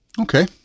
Okay